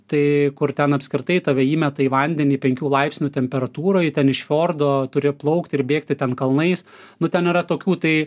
tai kur ten apskritai tave įmeta į vandenį penkių laipsnių temperatūroj ten iš fiordo turi plaukti ir bėgti ten kalnais nu ten yra tokių tai